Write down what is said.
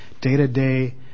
day-to-day